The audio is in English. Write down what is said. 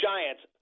Giants